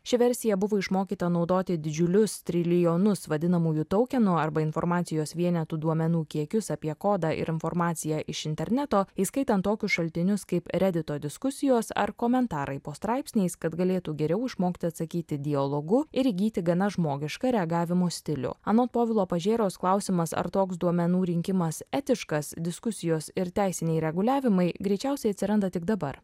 ši versija buvo išmokyta naudoti didžiulius trilijonus vadinamųjų toukenų arba informacijos vienetų duomenų kiekius apie kodą ir informaciją iš interneto įskaitant tokius šaltinius kaip redito diskusijos ar komentarai po straipsniais kad galėtų geriau išmokti atsakyti dialogu ir įgyti gana žmogišką reagavimo stilių anot povilo pažėros klausimas ar toks duomenų rinkimas etiškas diskusijos ir teisiniai reguliavimai greičiausiai atsiranda tik dabar